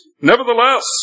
nevertheless